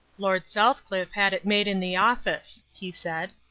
lord southcliff had it made in the office, he said.